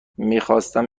میخواستم